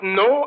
no